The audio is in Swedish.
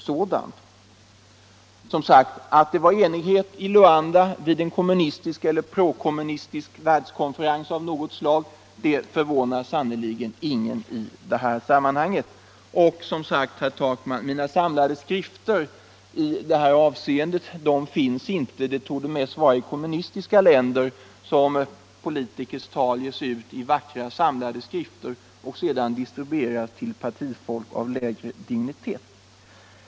Som sagt: Att det var enighet i Luanda vid en kommunistisk eller prokommunistisk världskonferens av något slag förvånar sannerligen ing en i det här sammanhanget. Och mina samlade skrifter i det här avseendet, herr Takman, finns inte. Det torde mest vara i kommunistiska länder som politikers tal ges ut i vackra samläde skrifter och sedan distribueras till partifolk av lägre dignitet.